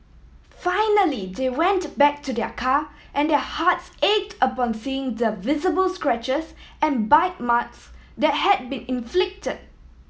finally they went back to their car and their hearts ached upon seeing the visible scratches and bite marks that had been inflicted